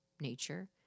nature